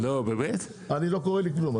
לא קורא לי כלום,